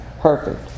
perfect